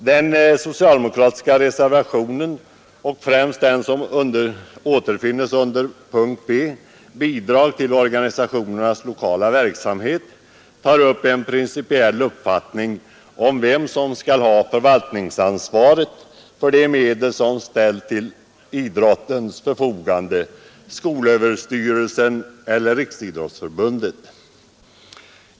Den socialdemokratiska reservationen B 1, om bidrag till ungdomsorganisationernas lokala verksamhet framför en principiell uppfattning om vem som skall ha förvaltningsansvaret för de medel som ställs till idrottens förfogande, skolöverstyrelsen eller Riksidrottsförbundet.